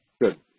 Good